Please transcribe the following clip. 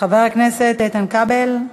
חבר הכנסת איתן כבל,